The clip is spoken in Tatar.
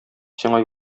сиңа